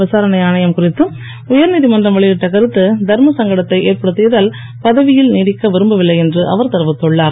விசாரணை ஆணையம் குறித்து உயர்நீதிமன்றம் வெளியிட்ட கருத்து தர்மசங்கடத்தை ஏற்படுத்தியதால் பதவியில் நீடிக்க விரும்பவில்லை என்று அவர் தெரிவித்துள்ளார்